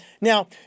Now